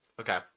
Okay